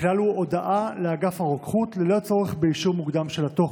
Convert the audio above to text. הכלל הוא הודעה לאגף הרוקחות ללא צורך באישור מוקדם של התוכן.